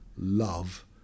love